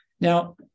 Now